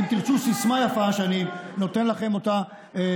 אם תרצו סיסמה יפה שאני נותן לכם חינם: